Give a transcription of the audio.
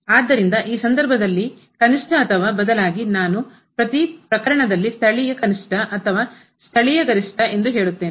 ಆದ್ದರಿಂದ ಈ ಸಂದರ್ಭದಲ್ಲಿ ಕನಿಷ್ಠ ಅಥವಾ ಬದಲಾಗಿ ನಾನು ಪ್ರತಿ ಪ್ರಕರಣದಲ್ಲಿ ಸ್ಥಳೀಯ ಕನಿಷ್ಠ ಅಥವಾ ಸ್ಥಳೀಯ ಗರಿಷ್ಠ ಎಂದು ಹೇಳುತ್ತೇನೆ